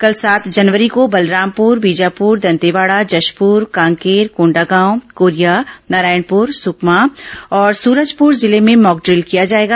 कल सात जनवरी को बलरामपुर बीजापुर दंतेवाड़ा जशपुर कांकेर कोंडागांव कोरिया नारायणपुर सुकमा और सुरजपुर जिले में मॉकड़िल किया जाएगा